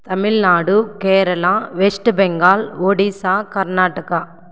Tamil Nadu Kerala west Bengal Odisha Karnataka